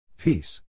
Peace